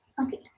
Okay